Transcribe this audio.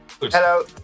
Hello